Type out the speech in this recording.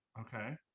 Okay